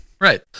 Right